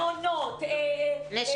זה לא עניין של שכר לימוד, זה עניין של פרנסה.